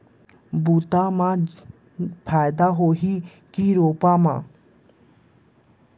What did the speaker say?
बुता म फायदा होही की रोपा म?